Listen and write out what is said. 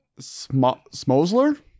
Smosler